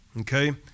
okay